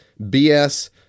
BS